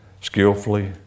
skillfully